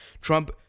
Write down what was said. Trump